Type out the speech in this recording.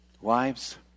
Wives